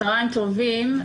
צהריים טובים.